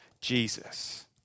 Jesus